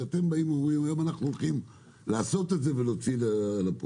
אתם אומרים: היום אנחנו הולכים לעשות את זה ולהוציא אל הפועל.